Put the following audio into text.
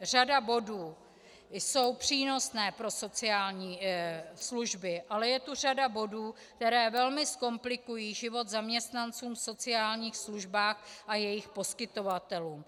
Řada bodů je přínosná pro sociální služby, ale je tu řada bodů, které velmi zkomplikují život zaměstnancům v sociálních službách a jejich poskytovatelům.